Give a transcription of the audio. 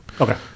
Okay